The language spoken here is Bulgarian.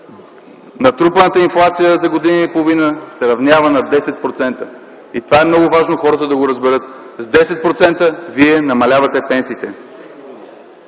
Натрупаната инфлация за година и половина се равнява на 10%. И е много важно хората да разберат това – с 10% вие намалявате пенсиите